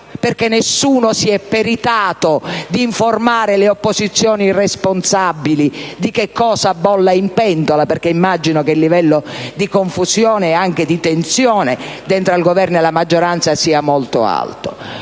perché nessuno si è peritato di informare le opposizioni responsabili di che cosa bolle in pentola, perché immagino che il livello di confusione e di tensione dentro al Governo e alla maggioranza sia molto alto.